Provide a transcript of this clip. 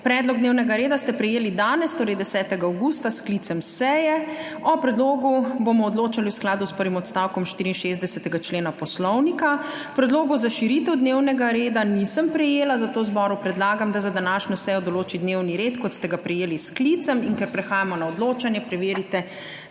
Predlog dnevnega reda ste prejeli danes, torej 10. avgusta, s sklicem seje. O predlogu bomo odločali v skladu s prvim odstavkom 64. člena Poslovnika. Predlogov za širitev dnevnega reda nisem prejela, zato zboru predlagam, da za današnjo sejo določi dnevni red, kot ste ga prejeli s sklicem. Ker prehajamo na odločanje, preverite